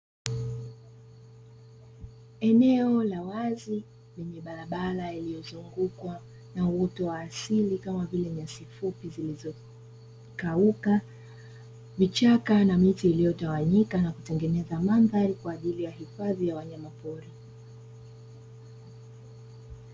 Eneo la wazi lenye barabara iliyozungukwa na uoto wa asili kama vile nyasi fupi zilizokauka, vichaka na miti iliyotawanyika na kutengeneza mandhari kwa ajili ya hifadhi ya wanyamapori.